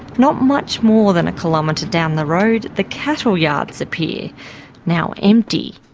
not much more than a kilometre down the road, the cattle yards appear, now empty,